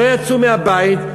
לא יצאו מהבית.